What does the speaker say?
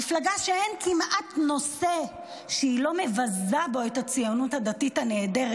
מפלגה שאין כמעט נושא שהיא לא מבזה בו את הציונות הדתית הנהדרת,